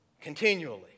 Continually